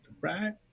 right